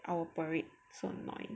our parade so annoying